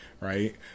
right